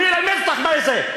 אני אלמד אותך מה זה.